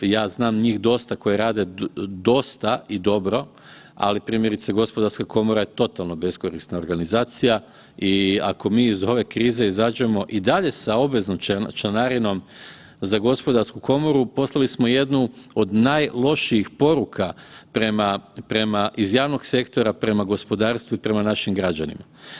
Ja znam njih dosta koje rade dosta i dobro, ali primjerice Gospodarska komora je totalno beskorisna organizacija i ako mi iz ove krize izađemo i dalje sa obveznom članarinom za Gospodarsku komoru poslali smo jednu od najlošiji poruka iz javnog sektora prema gospodarstvu i prema našim građanima.